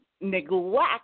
neglect